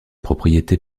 propriété